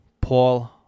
Paul